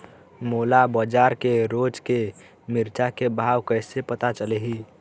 मोला बजार के रोज के मिरचा के भाव कइसे पता चलही?